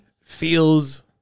feels